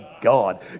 God